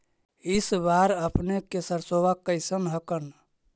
इस बार अपने के सरसोबा कैसन हकन?